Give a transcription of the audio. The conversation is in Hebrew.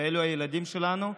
ואילו הילדים שלנו,